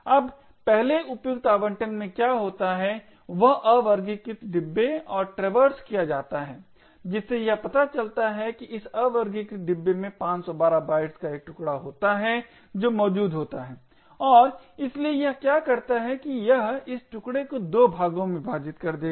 अब पहले उपयुक्त आबंटन में क्या होता है वह अवर्गीकृत डिब्बे और ट्रैवर्स किया जाता है जिससे यह पता चलता है कि इस अवर्गीकृत डिब्बे में 512 बाइट्स का एक टुकड़ा होता है जो मौजूद होता है और इसलिए यह क्या करता है यह इस टुकडे को 2 भागों में विभाजित कर देगा